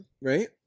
Right